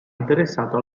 interessato